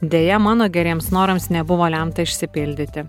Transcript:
deja mano geriems norams nebuvo lemta išsipildyti